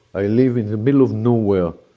ah live in the middle of nowhere,